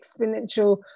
exponential